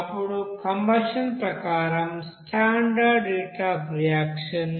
అప్పుడు కంబషన్ ప్రకారం standard heat of reaction 366